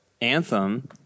Anthem